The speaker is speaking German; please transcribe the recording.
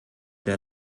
der